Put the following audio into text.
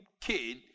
kid